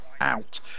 out